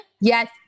Yes